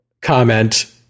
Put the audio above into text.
comment